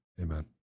amen